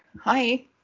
hi